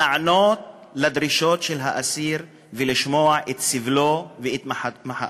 להיענות לדרישות של האסיר ולשמוע את סבלו ואת מחאתו.